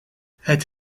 het